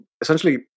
Essentially